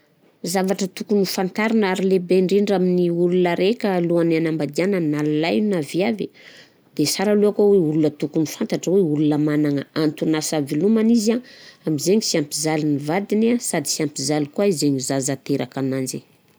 Zavatra tokony ho fantarina ary lehibe indrindra amin'ny olona raika alohan'ny anambadianany na lahy i na viavy de sara lohaka hoe olona tokony fantatra hoe olona managna anton'asa ivelomany izy an am'zaigny sy ampizaly ny vadiny an sady sy ampizaly koa zany izy zaigny zaza aterakananzy.